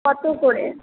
কত করে